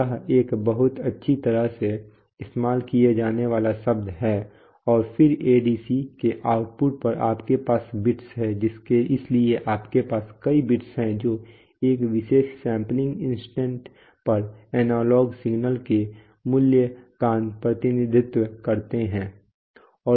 यह एक बहुत अच्छी तरह से इस्तेमाल किया जाने वाला शब्द है और फिर ADC के आउटपुट पर आपके पास बिट्स हैं इसलिए आपके पास कई बिट्स हैं जो एक विशेष सैंपलिंग इंस्टेंट पर एनालॉग सिग्नल के मूल्य का प्रतिनिधित्व करते हैं